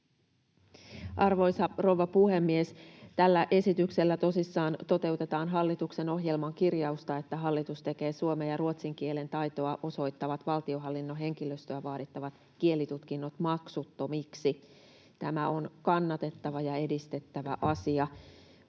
Arvoisa rouva puhemies! Tällä esityksellä tosissaan toteutetaan hallituksen ohjelman kirjausta, että hallitus tekee suomen ja ruotsin kielen taitoa osoittavat valtionhallinnon henkilöstöltä vaadittavat kielitutkinnot maksuttomiksi. Tämä on kannatettava ja edistettävä asia.